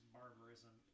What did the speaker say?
barbarism